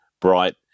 bright